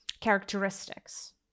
characteristics